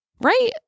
right